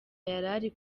yarari